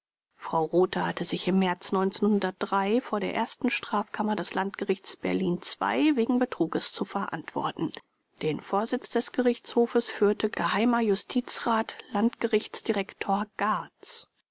frau rothe hatte sich im märz vor der ersten strafkammer des landgerichts berlin ii wegen betruges zu verantworten den vorsitz des gerichtshofes führte geh justizrat landgerichtsdirektor gartz